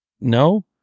No